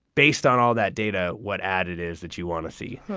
based on all that data, what ad it is that you want to see